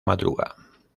madruga